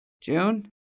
June